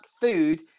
food